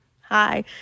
hi